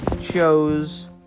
chose